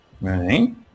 Right